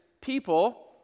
people